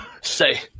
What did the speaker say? say